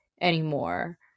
anymore